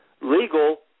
legal